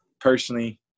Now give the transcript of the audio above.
personally